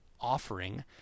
offering